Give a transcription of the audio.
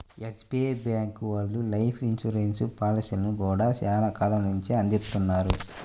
SBI bank వాళ్ళు life insurance పాలసీలను గూడా చానా కాలం నుంచే అందిత్తన్నారు